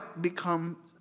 become